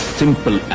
simple